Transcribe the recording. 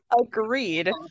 agreed